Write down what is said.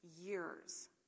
years